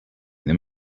them